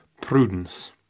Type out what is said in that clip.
prudence